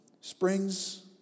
springs